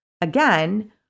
Again